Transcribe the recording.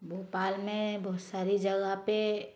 भोपाल में बहुत सारी जगह पे